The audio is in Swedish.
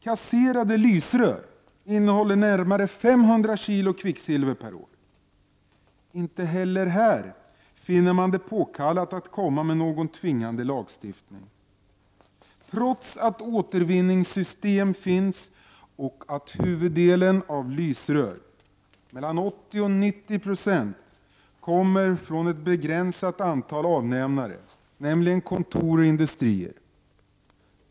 Kasserade lysrör innehåller och ger närmare 500 kg kvicksilver per år. Inte heller här finner man det påkallat att komma med någon tvingande lagstiftning, trots att återvinningssystem finns och att huvuddelen av lysrören — mellan 80 och 90 76 — kommer från ett begränsat antal avnämare, nämligen kontor och industrier.